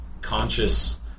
conscious